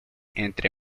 entre